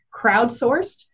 crowdsourced